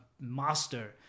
master